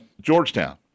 Georgetown